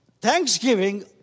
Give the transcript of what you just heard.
Thanksgiving